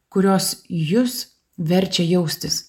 kurios jus verčia jaustis